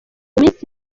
minsi